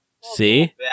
See